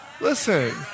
Listen